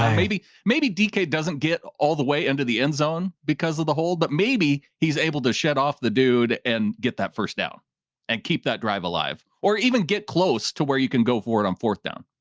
um maybe maybe dk doesn't get all the way into the end zone because of the hole, but maybe he's able to shut off the dude and get that first down and keep that drive alive, or even get close to where you can go for it on fourth down.